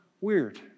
weird